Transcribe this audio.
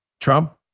Trump